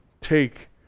take